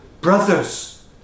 Brothers